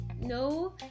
no